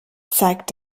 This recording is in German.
zeigt